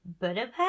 budapest